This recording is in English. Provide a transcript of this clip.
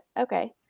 Okay